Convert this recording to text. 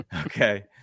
Okay